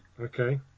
Okay